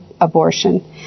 abortion